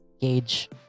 gauge